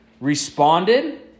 responded